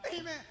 Amen